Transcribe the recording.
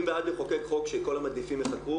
אני בעד לחוקק חוק שכל המדליפים ייחקרו,